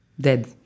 Dead